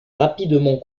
rapidement